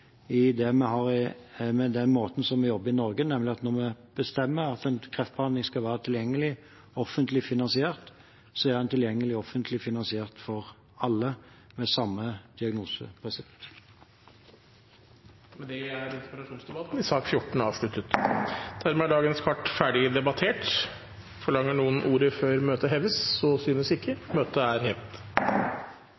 den måten vi jobber på i Norge, nemlig at når vi bestemmer at en kreftbehandling skal være tilgjengelig offentlig finansiert, er den tilgjengelig offentlig finansiert for alle med samme diagnose. Med det er interpellasjonsdebatten avsluttet. Dermed er dagens kart ferdig debattert. Forlanger noen ordet før møtet heves? – Så synes ikke,